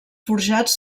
forjats